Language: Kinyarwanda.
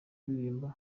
kuririmba